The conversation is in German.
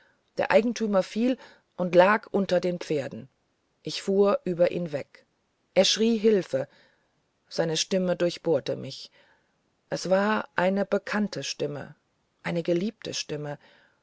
der eigentümer fiel und lag unter den pferden ich fuhr über ihn weg er schrie hilfe seine stimme durchbohrte mich es war eine bekannte stimme eine geliebte stimme